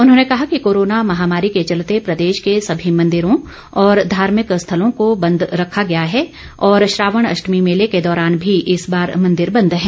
उन्होंने कहा कि कोरोना महामारी के चलते प्रदेश के सभी मंदिरों और धार्मिक स्थलों को बंद रखा गया है और सावन अष्टमी मेले के दौरान भी इस बार मंदिर बंद है